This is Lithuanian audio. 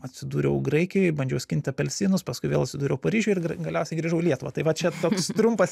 atsidūriau graikijoj bandžiau skinti apelsinus paskui vėl atsidūriau paryžiuj galiausiai grįžau į lietuvą tai va čia toks trumpas